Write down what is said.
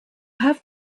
have